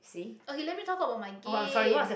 okay let me talk about my game